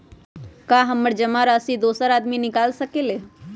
हमरा जमा राशि दोसर आदमी निकाल सकील?